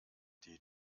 die